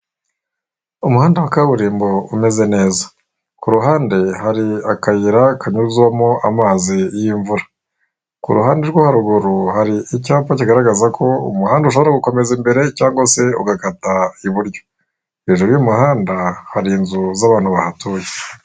Umuhanda wa kaburimbo umeze neza, ku ruhande hari akayira kanyuzwamo amazi y'imvura. Ku ruhande rwo haruguru hari icyapa kigaragazako umuhanda ushobora gukomeza imbere cyangwa se ugakata iburyo. Hejuru y'umuhanda hari inzu z'abantu bahatuye.